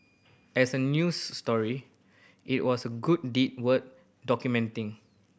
as a news story it was a good deed worth documenting